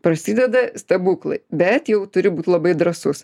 prasideda stebuklai bet jau turiu būt labai drąsus